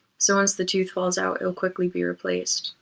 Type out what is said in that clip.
so once the tooth falls out it will quickly be replaced.